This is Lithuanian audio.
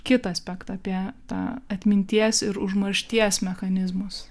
kitą aspektą apie tą atminties ir užmaršties mechanizmus